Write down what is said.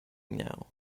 now